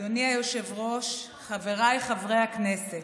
אדוני היושב-ראש, חבריי חברי הכנסת,